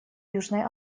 южной